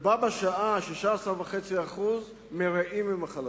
ובה בשעה ה-16.5% מרעים עם החלשים.